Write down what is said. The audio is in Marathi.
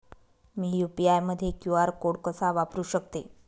मी यू.पी.आय मध्ये क्यू.आर कोड कसा वापरु शकते?